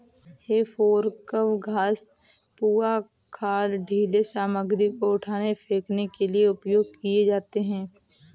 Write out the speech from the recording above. हे फोर्कव घास, पुआल, खाद, ढ़ीले सामग्री को उठाने, फेंकने के लिए उपयोग किए जाते हैं